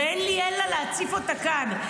ואין לי אלא להציף אותה כאן.